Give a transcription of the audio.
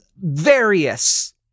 various